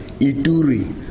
Ituri